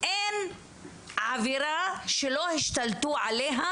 אין עבירה שלא השתלטו עליה